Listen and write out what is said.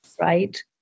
right